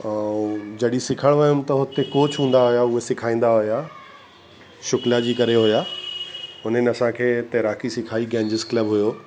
ऐं जॾहिं सिखण वियुमि त हुते कोच हूंदा हुआ उहे सिखाईंदा हुआ शुकला जी करे हुआ हुननि असांखे तैराकी सिखाई कैंजिस क्लब हुओ